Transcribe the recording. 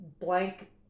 blank